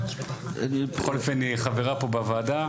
בכל אופן היא חברה פה בוועדה.